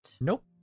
Nope